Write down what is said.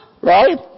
Right